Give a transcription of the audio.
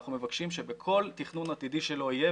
ואנחנו מבקשים שבכל תכנון עתידי שלא יהיה,